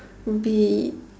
be